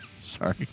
Sorry